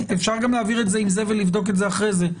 אפשר גם להעביר את זה עם זה ולבדוק את זה אחרי זה.